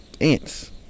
ants